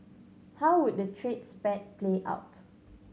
how would the trade spat play out